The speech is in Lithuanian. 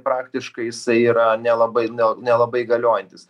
praktiškai jisai yra nelabai nel nelabai galiojantis